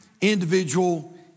individual